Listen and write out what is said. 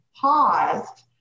paused